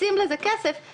מקצים לזה כסף.